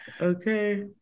Okay